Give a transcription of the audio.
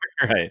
Right